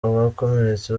abakomeretse